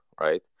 right